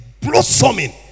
blossoming